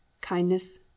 kindness